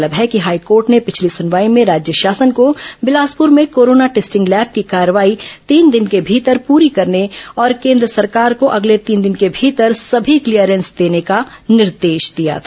गौरतलब है कि हाईकोर्ट ने पिछली सुनवाई में राज्य शासन को बिलासपुर में कोरोना टेस्टिंग लैब की कार्रवाई तीन दिन के भीतर पूरी करने और केन्द्र सरकार को अगले तीन दिन के भीतर सभी क्लीयरेंस देने का निर्देश दिया था